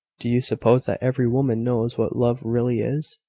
do you suppose that every woman knows what love really is?